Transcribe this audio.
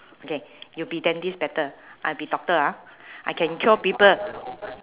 okay you be dentist better I be doctor ah I can cure people